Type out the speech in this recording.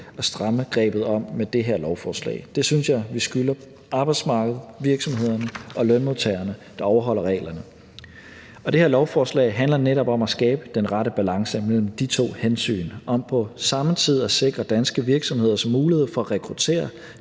at stramme grebet om med det her lovforslag. Det synes jeg vi skylder arbejdsmarkedet, virksomhederne og lønmodtagerne, der overholder reglerne, og det her lovforslag handler netop om at skabe den rette balance mellem de to hensyn om på samme tid at sikre danske virksomheders mulighed for at rekruttere